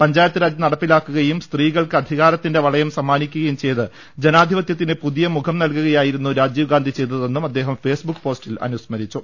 പഞ്ചായത്ത് രാജ് നടപ്പിലാക്കുകയും അധികാരത്തിന്റെ വളയം സമ്മാനിക്കുകയും ചെയ്ത് ജനാധിപത്യത്തിന് പുതിയ മുഖം നൽകുകയായിരുന്നു രാജീവ് ഗാന്ധി ചെയ്തതെന്നും അദ്ദേഹം ഫേസ്ബുക്ക് പോസ്റ്റിൽ അനുസ്മരിച്ചു